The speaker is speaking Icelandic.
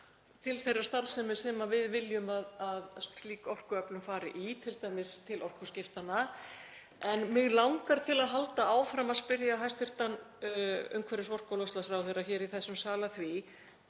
til þeirrar starfsemi sem við viljum að slík orkuöflun fari í, t.d. til orkuskiptanna. En mig langar til að halda áfram að spyrja hæstv. umhverfis-, orku- og loftslagsráðherra hér í þessum sal að því